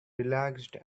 relaxed